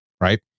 right